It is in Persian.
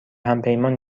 همپیمان